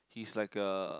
he's like a